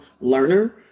learner